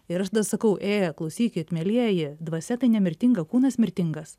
ir aš sakau ė klausykit mielieji dvasia tai nemirtinga kūnas mirtingas